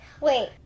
wait